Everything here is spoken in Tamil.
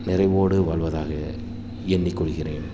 நிறைவோடு வாழ்வதாக எண்ணிக்கொள்கிறேன்